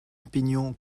opinion